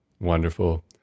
wonderful